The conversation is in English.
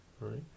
right